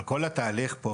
אבל כל התהליך פה,